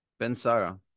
Bensara